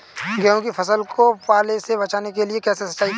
गेहूँ की फसल को पाले से बचाने के लिए कैसे सिंचाई करें?